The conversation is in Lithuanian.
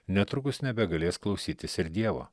netrukus nebegalės klausytis ir dievo